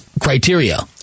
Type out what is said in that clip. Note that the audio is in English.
criteria